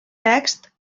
text